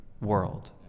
world